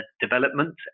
development